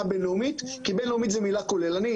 בינלאומית כי בינלאומית זה מילה כוללנית,